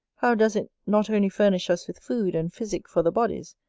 how does it not only furnish us with food and physick for the bodies,